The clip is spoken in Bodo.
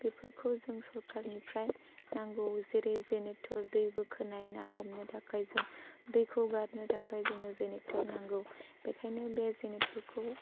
बेफोरखौ जों सरकारनिफ्राय नांगौ जेरै जेनेरेट'र दै बोखोनाय ना हमनो थाखाय जों दैखौ गारनो थाखाय जोंनो जेनेरेट'र नांगौ बेनिखायनो बे जेनेरेट'रखौ